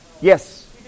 Yes